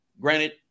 Granted